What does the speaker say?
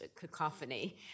cacophony